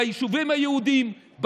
ביישובים היהודיים,